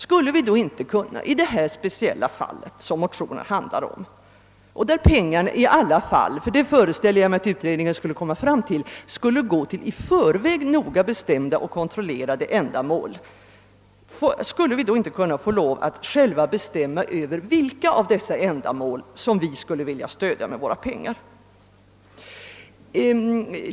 Skulle vi då inte kunna i det speciella fall, som motionen handlar om och där pengarna i alla fall — det föreställer jag mig att utredningen skulle komma fram till — skulle gå till i förväg noga bestämda och kontrollerade ändamål, få själva bestämma över vilka av dessa ändamål som vi skulle vilja stödja med våra pengar?